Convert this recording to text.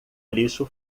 lixo